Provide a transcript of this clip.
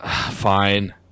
Fine